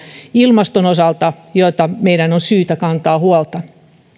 ilmaston osalta niitä muutoksia joista meidän on syytä kantaa huolta